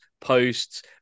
posts